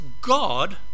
God